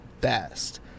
best